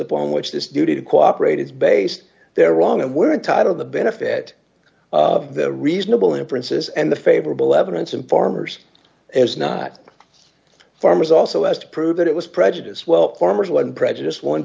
upon which this duty to cooperate is based they're wrong and we're entitled the benefit of the reasonable inferences and the favorable evidence of farmers is not farmers also has to prove that it was prejudice well farmers one prejudiced one